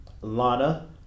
Lana